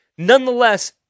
Nonetheless